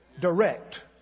direct